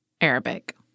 Arabic